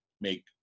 make